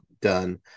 done